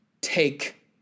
Take